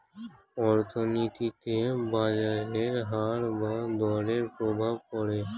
অর্থনীতিতে বাজারের হার বা দরের প্রভাব পড়ে